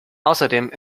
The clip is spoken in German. außerdem